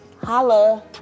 Holla